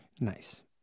Nice